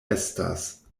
estas